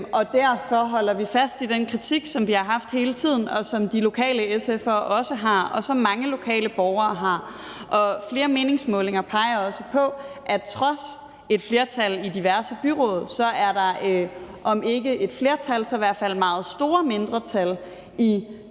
Derfor holder vi fast i den kritik, som vi har haft hele tiden, og som de lokale SF'ere også har, og som mange lokale borgere har. Flere meningsmålinger peger også på, at på trods af at der er et flertal i diverse byråd, er der om ikke et flertal, så i hvert fald meget store mindretal i flere